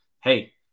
hey